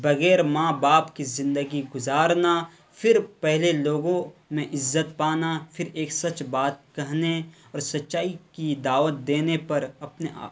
بغیر ماں باپ کے زندگی گزارنا پھر پہلے لوگوں میں عزت پانا پھر ایک سچ بات کہنے اور سچائی کی دعوت دینے پر اپنے آپ